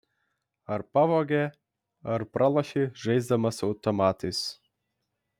ar pavogė ar pralošei žaisdamas automatais